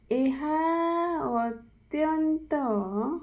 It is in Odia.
ଏହା ଅତ୍ୟନ୍ତ